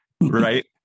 right